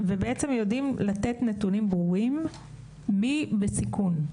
ובעצם יודעים לתת נתונים ברורים מי בסיכון.